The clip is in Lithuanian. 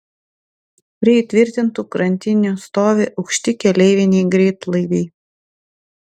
prie įtvirtintų krantinių stovi aukšti keleiviniai greitlaiviai